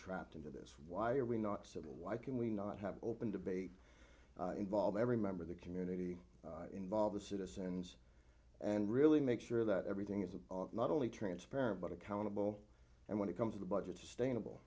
trapped into this why are we not civil why can we not have open debate involve every member of the community involve the citizens and really make sure that everything is not only transparent but accountable and when it comes to the budget sustainable